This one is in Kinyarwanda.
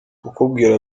kukubwira